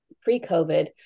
pre-COVID